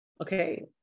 Okay